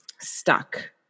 stuck